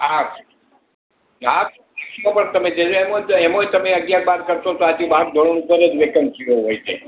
arts arts પણ તમે છેલ્લે એમ હોય તો એમાંય તમે અગિયાર બાર કરશો તો આથી બાર ધોરણ ઉપર જ વેકન્સીઓ હોય છે